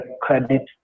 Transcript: credit